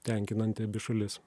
tenkinantį abi šalis